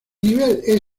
nivel